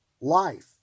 life